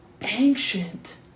ancient